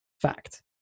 fact